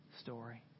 story